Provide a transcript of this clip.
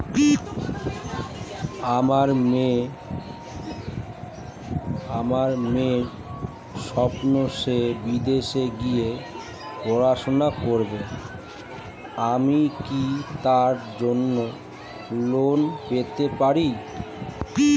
আমার মেয়ের স্বপ্ন সে বিদেশে গিয়ে পড়াশোনা করবে আমি কি তার জন্য লোন পেতে পারি?